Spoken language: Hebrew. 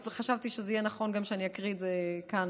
אז חשבתי שזה יהיה נכון שאני אקריא את זה כאן.